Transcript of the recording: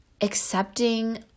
accepting